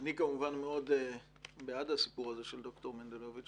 אני כמובן מאוד בעד הסיפור של ד"ר מנדלוביץ',